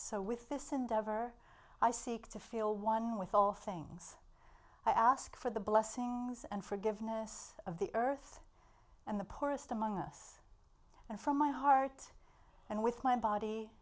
so with this endeavor i seek to feel one with all things i ask for the blessing and forgiveness of the earth and the poorest among us and from my heart and with my body